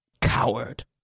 Coward